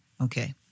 Okay